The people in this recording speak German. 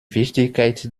wichtigkeit